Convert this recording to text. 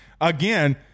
again